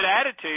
attitude